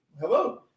Hello